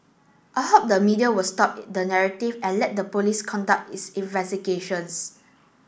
I hope the media will stop the narrative and let the police conduct its investigations